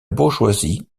bourgeoisie